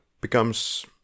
becomes